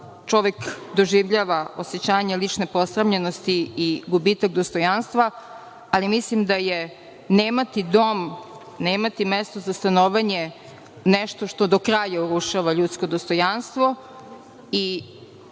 čovek doživljava osećanje lične posramljenosti i gubitak dostojanstva, ali mislim da je nemati dom, nemati mesto za stanovanje nešto što do kraja urušava ljudsko dostojanstvo i